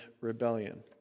rebellion